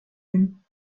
him